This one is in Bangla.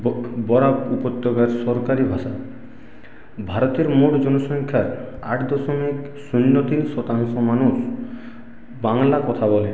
বরাক উপত্যকার সরকারি ভাষা ভারতের মোট জনসংখ্যার আট দশমিক শূন্য তিন শতাংশ মানুষ বাংলা কথা বলে